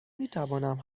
میتوانم